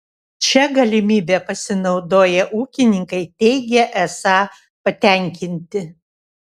šia galimybe pasinaudoję ūkininkai teigia esą patenkinti